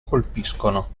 colpiscono